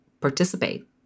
participate